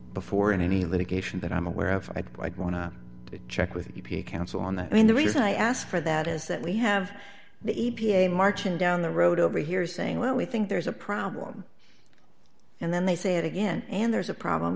before in any litigation that i'm aware of i want to check with counsel on that i mean the reason i ask for that is that we have the e p a marching down the road over here saying well we think there's a problem and then they say it again and there's a problem